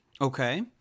Okay